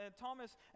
Thomas